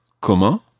Comment